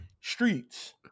Streets